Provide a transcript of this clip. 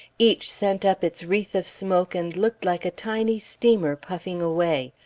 each sent up its wreath of smoke and looked like a tiny steamer puffing away.